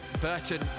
Burton